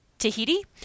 Tahiti